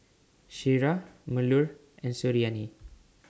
Syirah Melur and Suriani